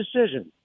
decision